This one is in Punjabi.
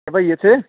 ਭਾਅ ਜੀ ਇੱਥੇ